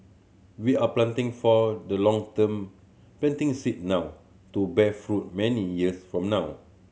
we are planting for the long term planting seed now to bear fruit many years from now